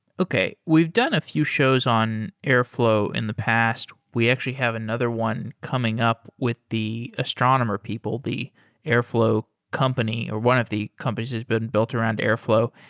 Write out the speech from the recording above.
okay. we've done a few shows on airflow in the past. we actually have another one coming up with the astronomer people, the airflow company, or one of the companies that's been built around airflow.